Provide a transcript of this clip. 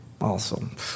Awesome